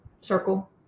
circle